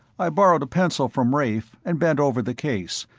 i borrowed a pencil from rafe and bent over the case,